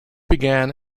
began